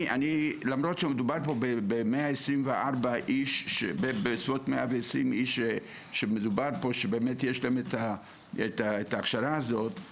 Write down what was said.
למרות שמדובר פה על בסביבות 120 איש שיש להם את ההכשרה הזאת,